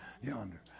yonder